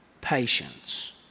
patience